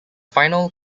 final